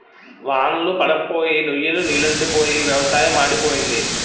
వాన్ళ్లు పడప్పోయి నుయ్ లో నీలెండిపోయి వ్యవసాయం మాడిపోయింది